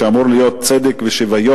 שאמורים להיות בו צדק ושוויון,